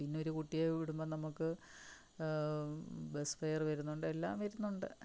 പിന്നെരു കുട്ടിയെ വിടുമ്പം നമുക്ക് ബസ് ഫെയർ വരുന്നുണ്ട് എല്ലാം വരുന്നുണ്ട്